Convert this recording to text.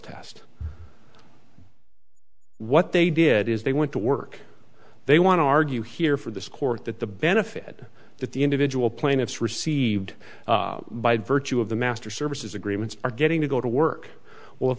test what they did is they went to work they want to argue here for this court that the benefit that the individual plaintiffs received by virtue of the master services agreements are getting to go to work well if